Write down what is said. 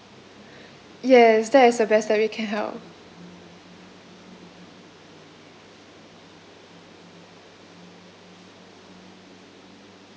yes that is the best that we can help